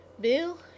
Bill